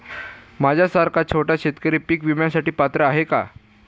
माझ्यासारखा छोटा शेतकरी पीक विम्यासाठी पात्र आहे का?